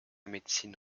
médecine